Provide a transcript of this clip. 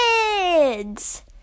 Kids